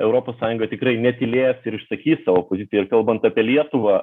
europos sąjunga tikrai netylės ir išsakys savo poziciją kalbant apie lietuvą